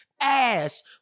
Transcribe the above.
ass